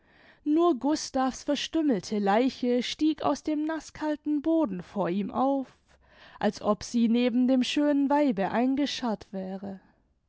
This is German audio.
nur gustav's verstümmelte leiche stieg aus dem naßkalten boden vor ihm auf als ob sie neben dem schönen weibe eingescharrt wäre